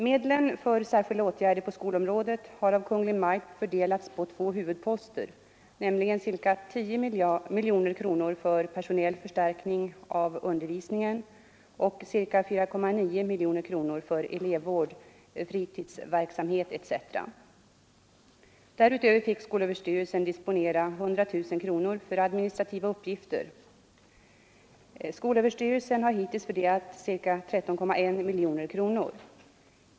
Medlen för särskilda åtgärder på skolområdet har av Kungl. Maj:t fördelats på två huvudposter, nämligen ca 10 miljoner kronor för personell förstärkning av undervisning och ca 4,9 miljoner kronor för elevvård, fritidsverksamhet etc. Därutöver fick skolöverstyrelsen disponera 100 000 kronor för administrativa uppgifter. Skolöverstyrelsen har hittills fördelat ca 13,1 miljoner kronor.